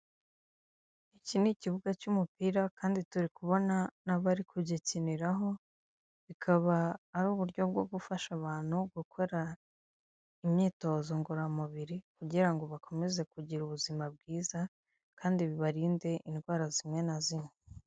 Abantu benshi bicayemo ahantu m'imbere mu inzu, imbere yabo hariho ameza n'ubucupa bw'amazi, hejuru ku meza na za mikoro imbere yaho harimo na za telefone zabo niho zirambitse hakurya urugi rurafunguye.